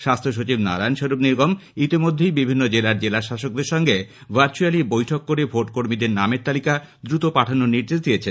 স্বাস্থ্যসচিব নারায়ন স্বরূপ নিগম ইতিমধ্যেই বিভিন্ন জেলার জেলাশাসকদের সঙ্গে ভার্চুয়ালি বৈঠক করে ভোট কর্মীদের নামের তালিকা দ্রুত পাঠানোর নির্দেশ দিয়েছেন